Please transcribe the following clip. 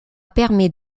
permet